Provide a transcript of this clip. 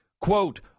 quote